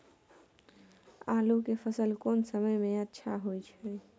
आलू के फसल कोन समय में अच्छा होय छै?